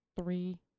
three